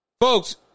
Folks